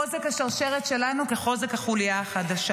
חוזק השרשרת שלנו כחוזק החוליה החלשה.